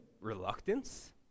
reluctance